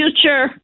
future